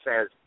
says